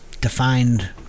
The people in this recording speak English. defined